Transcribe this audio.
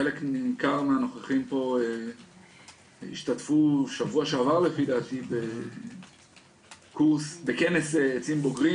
חלק ניכר מהנוכחים פה השתתפו בשבוע שעבר לפי דעתי בכנס עצים בוגרים.